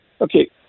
Okay